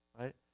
right